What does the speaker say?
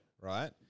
Right